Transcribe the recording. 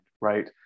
right